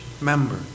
member